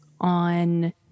on